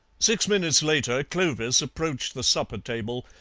six minutes later clovis approached the supper-table,